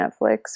Netflix